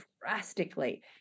drastically